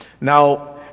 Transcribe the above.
Now